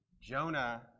Jonah